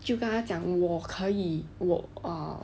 就跟他讲我可以我 err